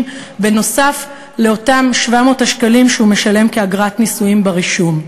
בנוסף לאותם 700 השקלים שהוא משלם כאגרת נישואים ברישום.